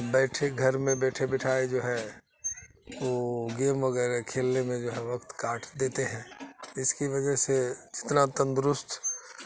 بیٹھے گھر میں بیٹھے بٹھائے جو ہے وہ گیم وغیرہ کھیلنے میں جو ہے وقت کاٹ دیتے ہیں اس کی وجہ سے جتنا تندرست